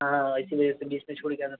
हाँ इसी वजह से बीच में छोड़ ही गया था